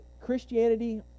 Christianity